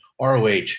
ROH